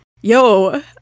Yo